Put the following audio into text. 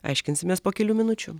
aiškinsimės po kelių minučių